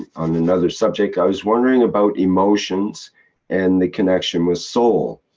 on another subject. i was wondering about emotions and the connection with soul.